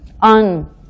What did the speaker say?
on